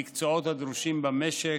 המקצועות הדרושים במשק,